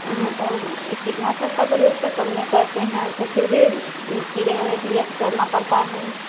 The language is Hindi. हाँ तो कीटनाशक का प्रयोग तो कम्मे करते हैं तो फिर भी कीड़े उड़े के लिए तो करना पड़ता है